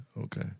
Okay